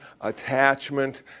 attachment